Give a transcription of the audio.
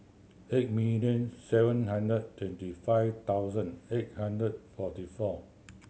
eight million seven hundred twenty five thousand eight hundred forty four